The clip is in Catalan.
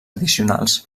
addicionals